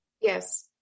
Yes